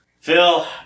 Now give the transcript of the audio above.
Phil